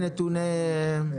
הוא אתמול.